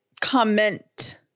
Comment